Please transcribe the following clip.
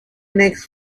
next